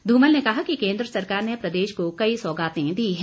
धूमल ने कहा कि केंद्र सरकार ने प्रदेश को कई सौगातें दी है